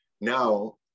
now